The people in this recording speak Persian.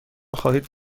خواهید